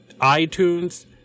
iTunes